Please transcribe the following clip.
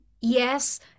Yes